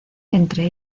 entre